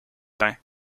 peint